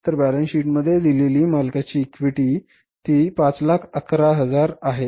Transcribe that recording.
तर बॅलन्स शीटमध्ये दिलेली मालकाची इक्विटी किती आहे तर ती 511000 आहे